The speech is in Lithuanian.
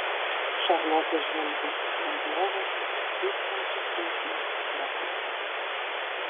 šarlotė žvelgė į ant lovos pūpsančią šūsnį drabužių